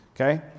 okay